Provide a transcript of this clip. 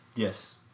Yes